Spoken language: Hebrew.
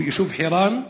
שהוא היישוב חירן,